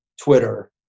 Twitter